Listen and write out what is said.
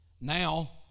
Now